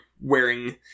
wearing